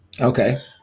Okay